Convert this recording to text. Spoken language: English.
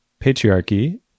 patriarchy